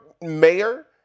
mayor